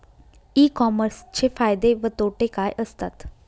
E कॉमर्सचे फायदे व तोटे काय असतात?